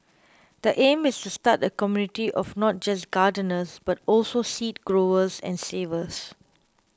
the aim is to start a community of not just gardeners but also seed growers and savers